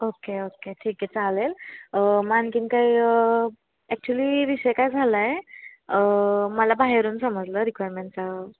okay okay ठीक आहे चालेल मग आणखीन काही ॲक्च्युली विषय काय झालाय आहे मला बाहेरून समजलं रिक्वायरमेंटचा